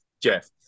Jeff